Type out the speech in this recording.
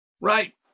right